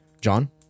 John